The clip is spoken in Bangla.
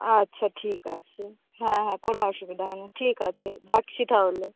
আচ্ছা ঠিক আছে হ্যাঁ হ্যাঁ কোনো অসুবিধা হবে না ঠিক আছে রাখছি তাহলে